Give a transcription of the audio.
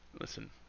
Listen